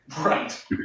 right